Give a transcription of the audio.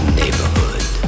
neighborhood